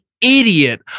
idiot